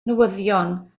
newyddion